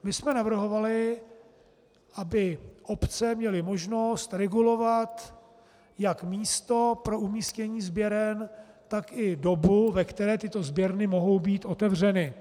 My jsme navrhovali, aby obce měly možnost regulovat jak místo pro umístění sběren, tak i dobu, ve které mohou být tyto sběrny otevřeny.